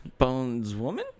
Boneswoman